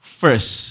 first